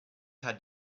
had